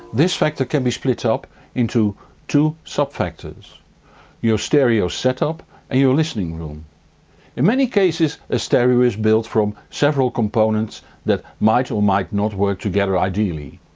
this factor can be split up into two sub-factors your stereo set-up and your listening room in many cases a stereo is built from several components that might or might not work together ideally.